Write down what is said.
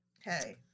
Hey